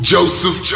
Joseph